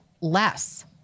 less